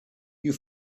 you